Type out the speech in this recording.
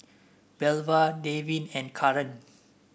Belva Devin and Karan